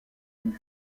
une